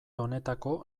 honetako